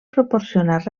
proporcionar